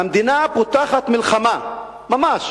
"המדינה פותחת במלחמה" ממש